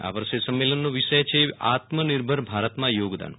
આ વર્ષે સંમેલનનો વિષય છે આત્મનિર્ભર ભારતમાં થોગદાન